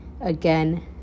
Again